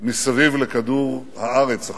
מסביב לכדור-הארץ עכשיו.